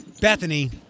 Bethany